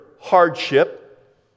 hardship